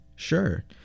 Sure